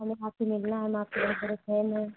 हमें आपसे मिलना है हम आपके बहुत बड़े फ़ैन हैं